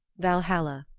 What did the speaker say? valhalla,